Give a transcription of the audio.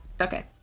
Okay